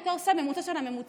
היא הייתה עושה ממוצע של הממוצע,